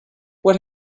what